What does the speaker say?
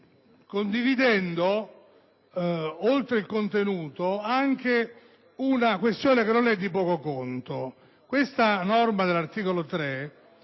condividendo, oltre il contenuto, anche una questione che non è di poco conto. La norma contenuta nell'articolo 3